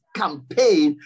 campaign